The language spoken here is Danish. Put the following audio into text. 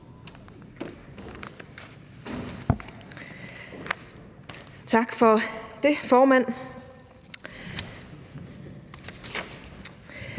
Tak for det, formand.